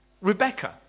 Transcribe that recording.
Rebecca